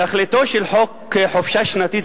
תכליתו של חוק חופשה שנתית,